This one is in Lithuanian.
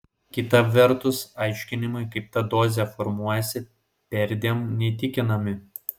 kita vertus aiškinimai kaip ta dozė formuojasi perdėm neįtikinami